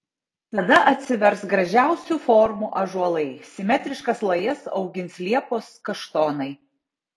tada atsivers gražiausių formų ąžuolai simetriškas lajas augins liepos kaštonai